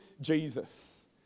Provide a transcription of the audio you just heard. Jesus